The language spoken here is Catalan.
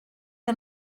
que